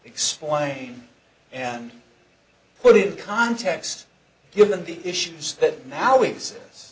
explain and put it in context given the issues that now